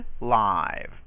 live